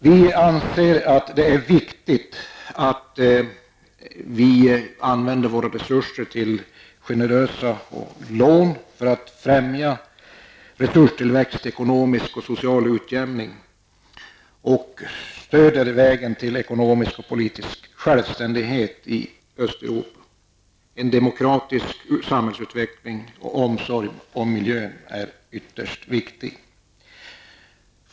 Vi anser att det är viktigt att Sverige använder sina resurser till generösa lån för att främja en resurstillväxt, ekonomisk och social utjämning och stödja vägen till ekonomisk och politisk självständighet i Östeuropa. En demokratisk samhällsutveckling och omsorg om miljön är ytterst viktig.